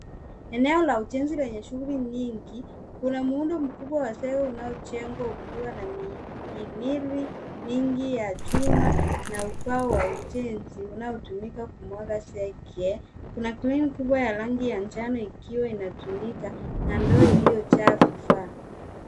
Eneo la ujenzi lenye shughuli nyingi. Una muundo mkubwa wa sege unaojengwa ikiwa na miimili mingi ya chuma na umbao wa ujenzi unatumika kumwaga sege. Kuna Kreni kubwa ya rangi ya njano ikiwa inatumika na ndoo iliojaa vifaa.